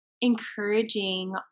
encouraging